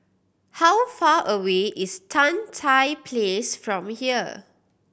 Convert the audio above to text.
how far away is Tan Tye Place from here